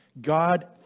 God